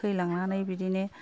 थैलांनानै बिदिनो